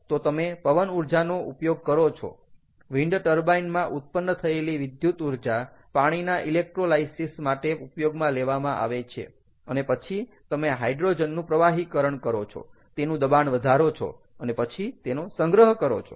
તો તમે પવનઊર્જાનો ઉપયોગ કરો છો વિન્ડ ટર્બાઈન માં ઉત્પન્ન થયેલી વિદ્યુતઊર્જા પાણીના ઇલેક્ટ્રોલાઇસીસ માટે ઉપયોગમાં લેવામાં આવે છે અને પછી તમે હાઇડ્રોજનનું પ્રવાહીકરણ કરો છો તેનું દબાણ વધારો છો અને પછી તેનો સંગ્રહ કરો છો